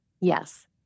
Yes